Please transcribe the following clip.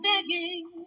begging